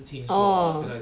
orh